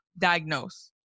diagnose